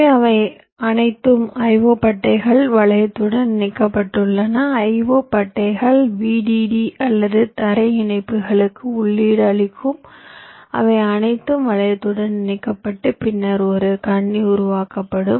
எனவே அவை அனைத்தும் I O பட்டைகள் வளையத்துடன் இணைக்கப்பட்டுள்ளன I O பட்டைகள் VDD அல்லது தரை இணைப்புகளுக்கு உள்ளீடு அளிக்கும் அவை அனைத்தும் வளையத்துடன் இணைக்கப்பட்டு பின்னர் ஒரு கண்ணி உருவாக்கப்படும்